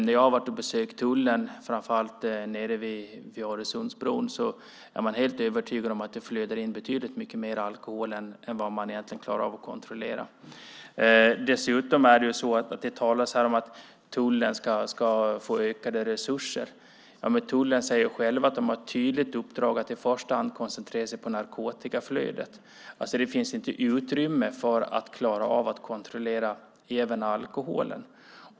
När jag har besökt tullen framför allt nere vid Öresundsbron är man helt övertygad om att det flödar in betydligt mycket mer alkohol än vad man egentligen klarar av att kontrollera. Det talas här om att tullen ska få ökade resurser. Hos tullen säger de själva att de har ett tydligt uppdrag att i första hand koncentrera sig på narkotikaflödet. Det finns inte utrymme för att klara av att kontrollera även alkoholen.